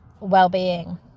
well-being